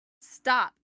Stop